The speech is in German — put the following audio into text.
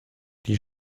die